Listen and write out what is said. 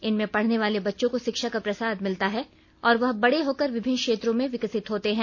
इनमें पढ़ने वाले बच्चों को शिक्षा का प्रसाद मिलता है और वह बड़े होकर विभिन्नं क्षेत्रों में विकसित होते हैं